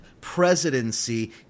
presidency